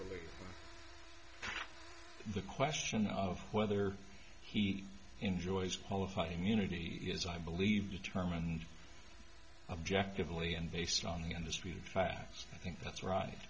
release the question of whether he enjoys qualified immunity is i believe determined objectively and based on the undisputed facts i think that's right